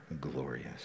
glorious